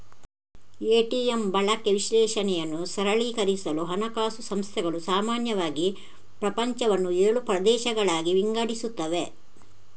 ATM ಬಳಕೆ ವಿಶ್ಲೇಷಣೆಯನ್ನು ಸರಳೀಕರಿಸಲು ಹಣಕಾಸು ಸಂಸ್ಥೆಗಳು ಸಾಮಾನ್ಯವಾಗಿ ಪ್ರಪಂಚವನ್ನು ಏಳು ಪ್ರದೇಶಗಳಾಗಿ ವಿಂಗಡಿಸುತ್ತವೆ